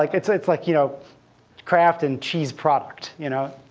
like it's it's like you know kraft and cheese product. you know